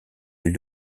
elle